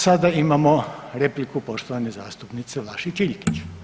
Sada imamo repliku poštovane zastupnice Vlašić Iljkić.